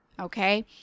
okay